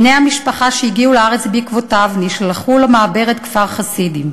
בני המשפחה שהגיעו לארץ בעקבותיו נשלחו למעברת כפר-חסידים.